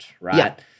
right